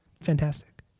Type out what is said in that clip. Fantastic